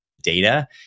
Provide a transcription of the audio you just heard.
data